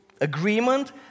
agreement